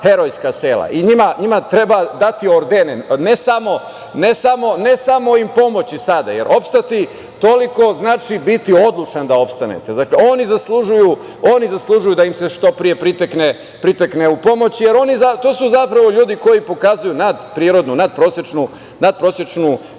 herojska sela i njima treba dati orden, ne samo im pomoći sada, jer opstati toliko znači biti odlučan da opstane. Dakle, oni zaslužuju da im se što pre pritekne u pomoć. To su zapravo ljudi koji pokazuju natprirodnu, natprosečnu